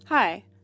Hi